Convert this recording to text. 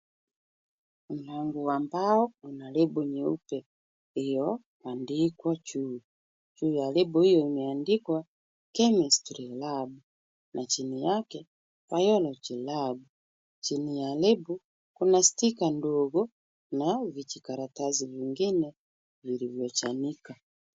Mlango wa mbao una lebo nyeupe iliyoandikwa juu, juu ya lebo hiyo imeandikwa chemistry lab na chini yake biology lab , chini ya lebo kuna sticker ndogo na vijikaratasi vingine vilivyochanika.